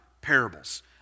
parables